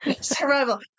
Survival